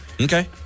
Okay